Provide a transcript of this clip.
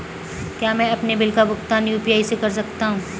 क्या मैं अपने बिल का भुगतान यू.पी.आई से कर सकता हूँ?